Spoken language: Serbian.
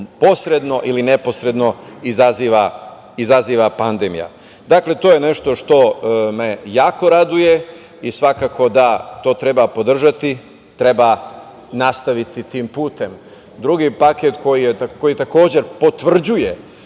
posredno ili neposredno izaziva pandemija. Dakle, to je nešto što me jako raduje i svakako da to treba podržati. Treba nastaviti tim putem. Drugi paket koji, takođe potvrđuje